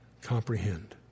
comprehend